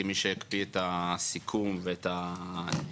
כי מי שהקפיא את הסיכום וגם את הניסיונות